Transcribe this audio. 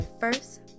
first